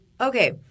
Okay